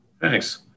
Thanks